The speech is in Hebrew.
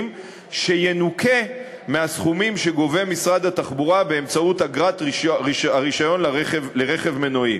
שינוכה מהסכומים שגובה משרד התחבורה באמצעות אגרת הרישיון לרכב מנועי.